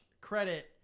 credit